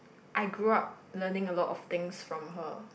I grew up learning a lot of things from her